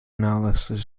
analysis